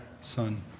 Son